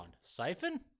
siphon